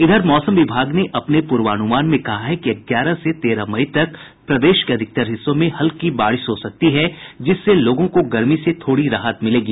इधर मौसम विभाग ने अपने पूर्वानुमान में कहा है कि ग्यारह से तेरह मई तक प्रदेश के अधिकतर हिस्सों में हल्की बारिश हो सकती है जिससे लोगों को गर्मी से थोड़ी राहत मिलेगी